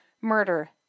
murder